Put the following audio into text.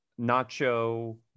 Nacho